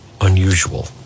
unusual